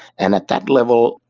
and at that level,